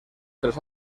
tres